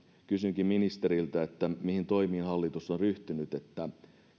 kysynkin ministeriltä mihin toimiin hallitus on ryhtynyt että